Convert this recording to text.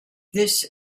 this